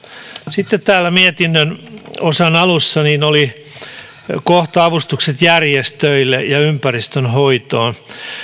sitten täällä mietinnön osan alussa oli kohta avustukset järjestöille ja ympäristönhoitoon